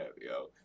yo